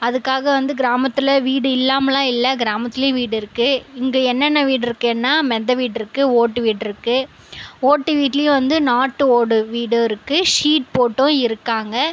அதுக்காக வந்து கிராமத்தில் வீடு இல்லாமலாம் இல்லை கிராமத்துலேயும் வீடு இருக்குது இங்கே என்னன்ன வீடு இருக்குன்னால் மெத்தை வீடு இருக்குது ஓட்டு வீடு இருக்குது ஓட்டு வீட்டுலேயும் வந்து நாட்டு ஓடு வீடும் இருக்குது ஷீட் போட்டும் இருக்காங்க